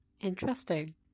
interesting